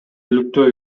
иликтөө